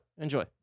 Enjoy